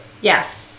Yes